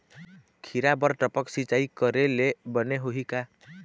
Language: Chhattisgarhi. खिरा बर टपक सिचाई करे ले बने होही का?